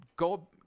Go